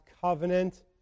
covenant